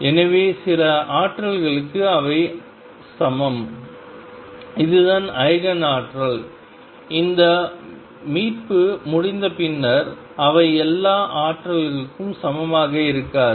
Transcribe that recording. எனவே சில ஆற்றல்களுக்கு அவை சமம் அதுதான் ஈஜென் ஆற்றல் இந்த மீட்பு முடிந்தபின்னர் அவை எல்லா ஆற்றல்களுக்கும் சமமாக இருக்காது